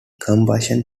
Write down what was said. combustion